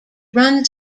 runs